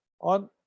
on